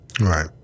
Right